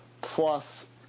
plus